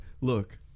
look